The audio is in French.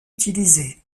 utilisés